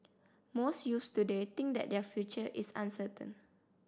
most youths today think that their future is uncertain